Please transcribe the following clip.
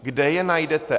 Kde je najdete?